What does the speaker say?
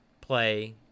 play